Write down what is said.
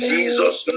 Jesus